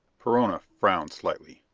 perona frowned slightly.